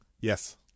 Yes